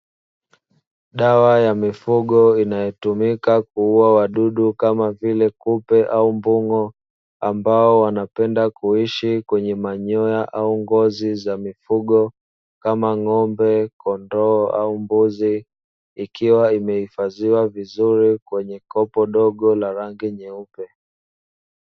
Dawa ya mifugo inayotumika kuua wadudu kama vile kupe au mbung'o ambao wanapenda kuishi kwenye manyoya au ngozi za mifugo kama ng'ombe, kondoo au mbuzi ikiwa imehifadhiwa vizuri kwenye kopo dogo la rangi nyeupe.